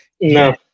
No